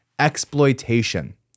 exploitation